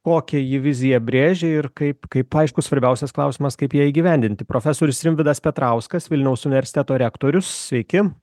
kokią ji viziją brėžia ir kaip kaip aišku svarbiausias klausimas kaip ją įgyvendinti profesorius rimvydas petrauskas vilniaus universiteto rektorius sveiki